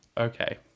Okay